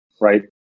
right